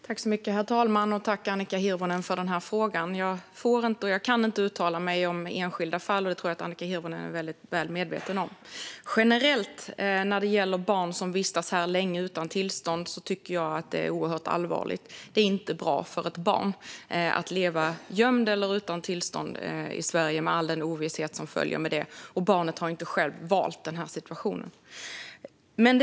Herr talman! Tack, Annika Hirvonen, för frågan! Jag får inte och kan inte uttala mig om enskilda fall. Det tror jag att Annika Hirvonen är väl medveten om. Generellt är det oerhört allvarligt att barn vistas här länge utan tillstånd. Det är inte bra för ett barn att leva gömd eller utan tillstånd i Sverige, med all den ovisshet som följer med det. Barnet har dessutom inte själv valt den situationen.